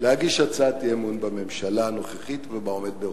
להגיש הצעת אי-אמון בממשלה הנוכחית ובעומד בראשה.